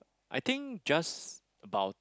I think just about